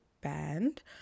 band